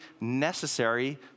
necessary